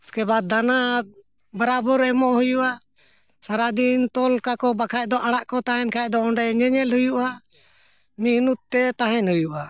ᱩᱥᱠᱮ ᱠᱮ ᱵᱟᱫ ᱫᱟᱱᱟ ᱵᱚᱨᱟᱵᱳᱨ ᱮᱢᱚᱜ ᱦᱩᱭᱩᱜᱼᱟ ᱥᱟᱨᱟᱫᱤᱱ ᱛᱚᱞ ᱠᱟᱠᱚ ᱵᱟᱠᱷᱟᱱ ᱫᱚ ᱟᱲᱟᱜ ᱠᱚ ᱛᱟᱦᱮᱱ ᱠᱷᱟᱱ ᱫᱚ ᱚᱸᱰᱮ ᱧᱮᱧᱮᱞ ᱦᱩᱭᱩᱜᱼᱟ ᱢᱮᱦᱚᱱᱚᱛ ᱛᱮ ᱛᱟᱦᱮᱱ ᱦᱩᱭᱩᱜᱼᱟ